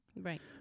Right